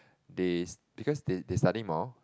they because they they study more